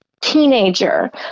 teenager